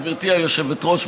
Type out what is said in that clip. גברתי היושבת-ראש,